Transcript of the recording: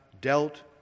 dealt